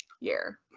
year